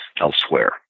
elsewhere